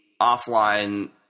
offline